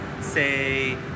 say